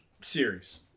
series